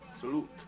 Salute